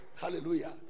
hallelujah